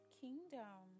kingdom